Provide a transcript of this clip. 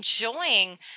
enjoying